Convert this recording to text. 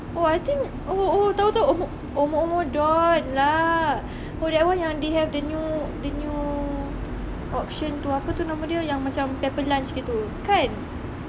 oh I think oh oh tahu tahu omoomodon lah oh that one yang they have the new the new option to apa tu nama dia yang macam pepper lunch gitu kan